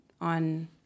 on